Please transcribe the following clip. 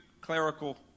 clerical